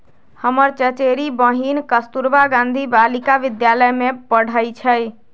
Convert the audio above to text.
हमर चचेरी बहिन कस्तूरबा गांधी बालिका विद्यालय में पढ़इ छइ